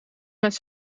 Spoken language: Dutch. met